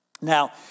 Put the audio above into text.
Now